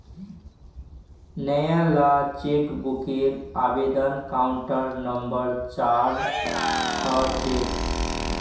नयाला चेकबूकेर आवेदन counter number चार ह छेक